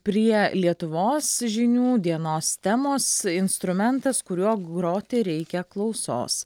prie lietuvos žinių dienos temos instrumentas kuriuo groti reikia klausos